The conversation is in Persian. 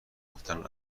گفتن